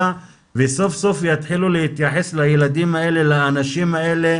וסוף סוף יתחילו להתייחס לילדים ולאנשים האלה